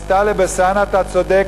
אז, טלב אלסאנע, אתה צודק.